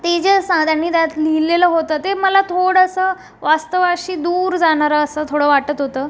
ते जे सा त्यांनी त्यात लिहिलेलं होतं ते मला थोडंसं वास्तवाशी दूर जाणारं असं थोडं वाटत होतं